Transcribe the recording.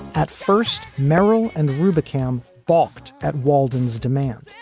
at first, merryl and rubicam balked at walden's demand.